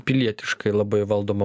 pilietiškai labai valdoma